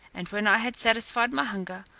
and when i had satisfied my hunger,